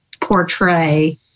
portray